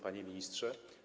Panie Ministrze!